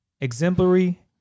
exemplary